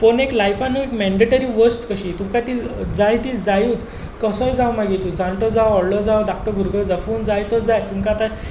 phone एक लायफानूय mandatory वस्त कशी तुमका ती जाय ती जायूच कसोय जावं मागीर तूं जाणटो जावं व्हडलो जावं दाकटो भुरगो जावं पूण जाय तो जाय तुमका आतां